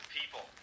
people